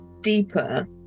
deeper